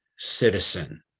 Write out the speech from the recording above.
citizen